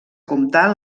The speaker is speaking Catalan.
comptar